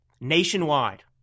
nationwide